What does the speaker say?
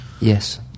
yes